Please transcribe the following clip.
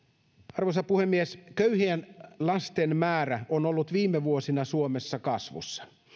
arvoisa puhemies köyhien lasten määrä on ollut viime vuosina suomessa kasvussa